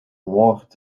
woord